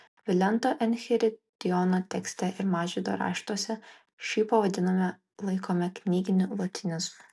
vilento enchiridiono tekste ir mažvydo raštuose šį pavadinimą laikome knyginiu lotynizmu